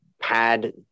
pad